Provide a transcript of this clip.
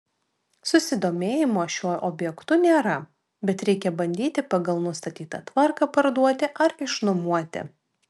susidomėjimo šiuo objektu nėra bet reikia bandyti pagal nustatytą tvarką parduoti ar išnuomoti